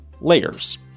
layers